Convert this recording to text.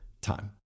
time